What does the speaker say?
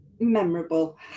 memorable